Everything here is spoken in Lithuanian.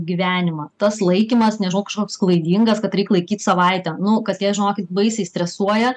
gyvenimą tas laikymas nežinau kažkoks klaidingas kad reik laikyt savaitę nu katė žinokit baisiai stresuoja